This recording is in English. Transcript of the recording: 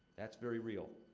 that's very real.